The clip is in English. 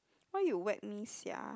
why you whack me sia